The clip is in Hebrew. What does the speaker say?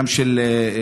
וגם של אחרות,